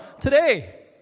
today